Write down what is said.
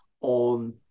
on